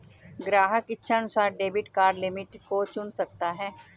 ग्राहक इच्छानुसार debit card limit को चुन सकता है